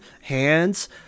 hands